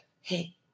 Hey